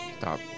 Stop